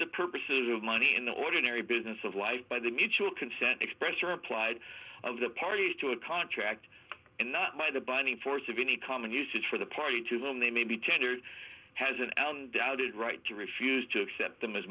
the purposes of money in the ordinary business of life by the mutual consent expressed or implied of the parties to a contract and not by the binding force of any common usage for the party to them they may be tendered has an allen doubted right to refuse to accept them